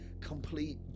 complete